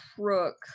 crook